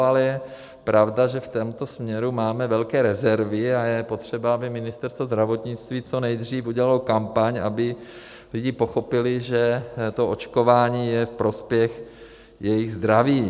Ale je pravda, že v tomto směru máme velké rezervy a je potřeba, aby Ministerstvo zdravotnictví co nejdříve udělalo kampaň, aby lidé pochopili, že to očkování je ve prospěch jejich zdraví.